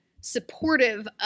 supportive